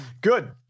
Good